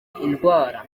indwara